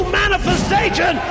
manifestation